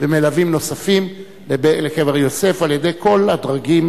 ומלווים נוספים לקבר יוסף על-ידי כל הדרגים,